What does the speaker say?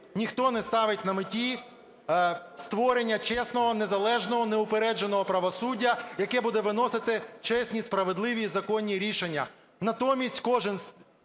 Ніхто не ставить на меті створення чесного, незалежного, неупередженого правосуддя, яке буде виносити чесні, справедливі і законні рішення.